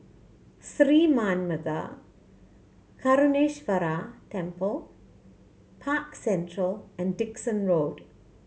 Sri Manmatha Karuneshvarar Temple Park Central and Dickson Road